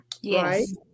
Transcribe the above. Yes